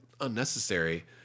unnecessary